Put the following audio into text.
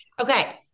Okay